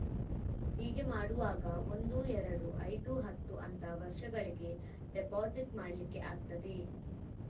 ಹೀಗೆ ಮಾಡುವಾಗ ಒಂದು, ಎರಡು, ಐದು, ಹತ್ತು ಅಂತ ವರ್ಷಗಳಿಗೆ ಡೆಪಾಸಿಟ್ ಮಾಡ್ಲಿಕ್ಕೆ ಆಗ್ತದೆ